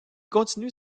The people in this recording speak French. continue